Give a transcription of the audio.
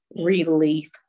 relief